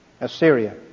Assyria